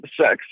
sex